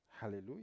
Hallelujah